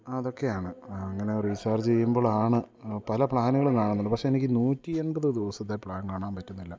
അതൊക്കെയാണ് അങ്ങനെ റീചാർജ് ചെയ്യുമ്പോഴാണ് പല പ്ലാനുകളും കാണുന്നത് പക്ഷേ എനിക്ക് നൂറ്റി എൺപത് ദിവസത്തെ പ്ലാൻ കാണാൻ പറ്റുന്നില്ല